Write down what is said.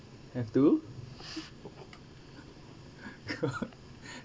have to